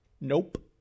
Nope